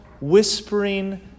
whispering